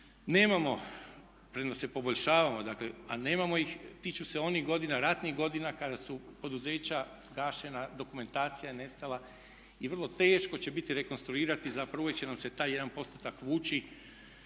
nemamo premda se poboljšavamo, a nemamo ih, tiču se onih ratnih godina kada su poduzeća gašena, dokumentacija nestala i vrlo teško će biti rekonstruirati zapravo uvijek će nam se taj jedan postotak vući